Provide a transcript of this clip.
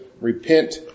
Repent